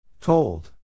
Told